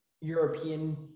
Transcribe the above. European